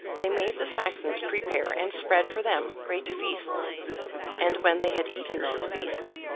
they made the saxons prepare and spread for them great feasts and when they had eaten those feasts,